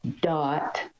dot